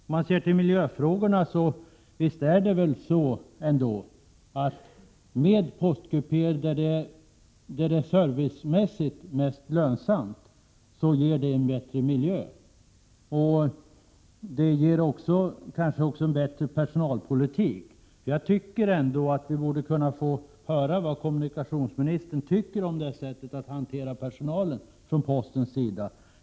Om vi ser till miljöfrågorna är det dock så att med postkupéer, där sådana är servicemässigt mest lönsamma, skapas en bättre miljö. Det blir kanske också en bättre personalpolitik. Jag tycker att vi borde kunna få höra vad kommunikationsministern anser om postverkets sätt att hantera personalen.